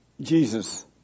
Jesus